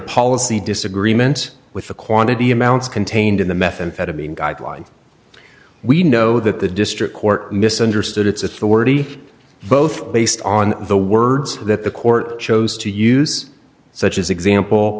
policy disagreement with the quantity amounts contained in the methamphetamine guideline we know that the district court misunderstood its authority both based on the words that the court chose to use such as example